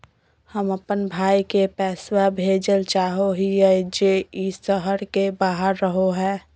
हम अप्पन भाई के पैसवा भेजल चाहो हिअइ जे ई शहर के बाहर रहो है